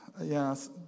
yes